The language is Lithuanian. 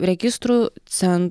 registrų cen